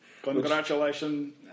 Congratulations